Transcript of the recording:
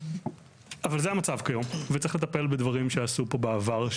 אבל זה המצב כיום וצריך לטפל בדברים שעשו פה בעבר,